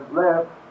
left